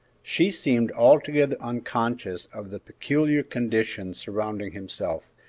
she seemed altogether unconscious of the peculiar conditions surrounding himself,